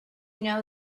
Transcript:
know